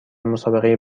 مسابقه